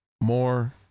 more